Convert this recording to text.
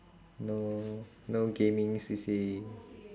no no gaming C_C_A